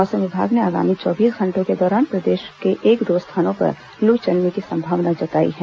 मौसम विभाग ने आगामी चौबीस घंटों के दौरान प्रदेश के एक दो स्थानों पर लू चलने की संभावना जताई है